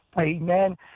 Amen